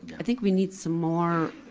i think we need some more,